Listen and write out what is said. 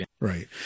Right